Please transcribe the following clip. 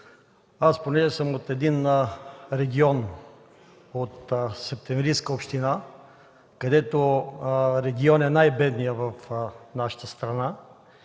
Аз съм от един регион от Септемврийска община, който регион е най-бедният в нашата страна.